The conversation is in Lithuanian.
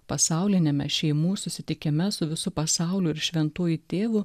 pasauliniame šeimų susitikime su visu pasauliu ir šventuoju tėvu